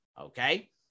Okay